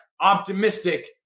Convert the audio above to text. optimistic